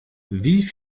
wie